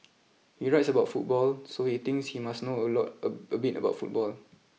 he writes about football so he thinks he must know a lot a a bit about football